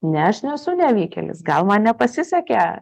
ne aš nesu nevykėlis gal man nepasisekė